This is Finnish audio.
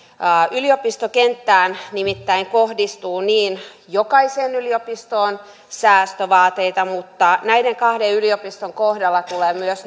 yliopistokenttään nimittäin kohdistuu jokaiseen yliopistoon säästövaateita mutta näiden kahden yliopiston kohdalla tulee myös